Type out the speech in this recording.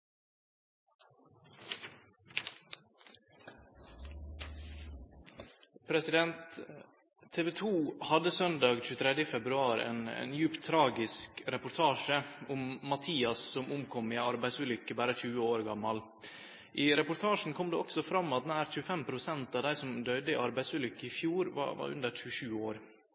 «TV 2 hadde søndag 23. februar ein djupt tragisk reportasje om Mathias som omkom i ei arbeidsulukke, berre 20 år gammal. I reportasjen kom det også fram at nær 25 pst. av dei som døydde i arbeidsulukker i fjor, var under 27 år.